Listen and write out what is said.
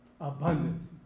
Abundant